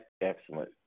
excellent